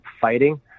fighting